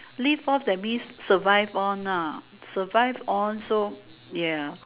live off that means survive on ah survive on so yeah